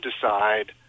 decide